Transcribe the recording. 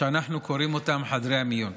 שאנחנו קוראים להם חדרי מיון.